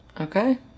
Okay